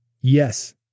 Yes